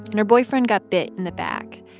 and her boyfriend got bit in the back.